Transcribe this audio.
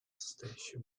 состоящие